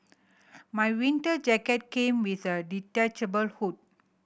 my winter jacket came with a detachable hood